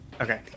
Okay